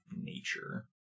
nature